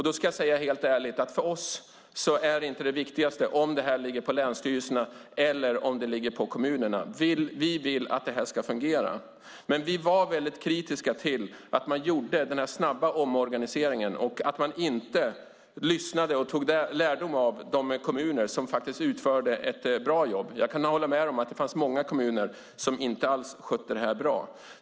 Då ska jag helt ärligt säga att för oss är inte det viktigaste om det här ligger på länsstyrelserna eller om det ligger på kommunerna. Vi vill att det ska fungera. Men vi var väldigt kritiska till att man gjorde den här snabba omorganiseringen och att man inte lyssnade på och tog lärdom av de kommuner som faktiskt utförde ett bra jobb. Jag kan hålla med om att det fanns många kommuner som inte alls skötte det här bra.